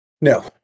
no